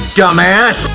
dumbass